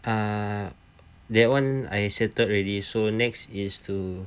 ah that one I settled already so next is to